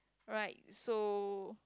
right so